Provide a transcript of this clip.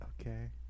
Okay